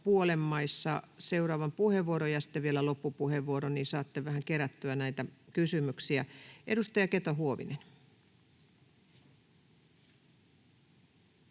puolen maissa seuraavan puheenvuoron ja sitten vielä loppupuheenvuoron, niin saatte vähän kerättyä näitä kysymyksiä. — Edustaja Keto-Huovinen.